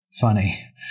Funny